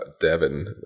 Devin